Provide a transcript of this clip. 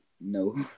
no